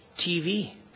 TV